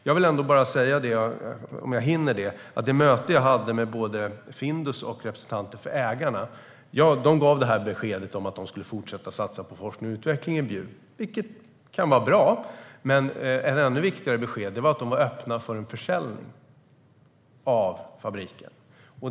Jag vill bara säga, om jag hinner det, att vid det möte jag hade med både Findus och representanter för ägarna gav de beskedet att de skulle fortsätta att satsa på forskning och utveckling i Bjuv, vilket kan vara bra. Men ett ännu viktigare besked var att de var öppna för en försäljning av fabriken.